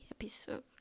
episode